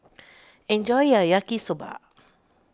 enjoy your Yaki Soba